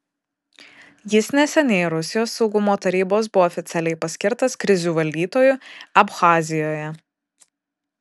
jis neseniai rusijos saugumo tarybos buvo oficialiai paskirtas krizių valdytoju abchazijoje